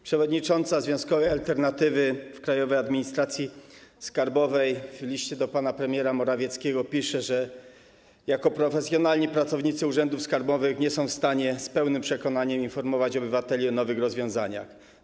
Przewodnicząca związkowej alternatywy Krajowej Administracji Skarbowej w liście do pana premiera Morawieckiego pisze, że jako profesjonalni pracownicy urzędów skarbowych nie są w stanie z pełnym przekonaniem informować obywateli o nowych rozwiązaniach.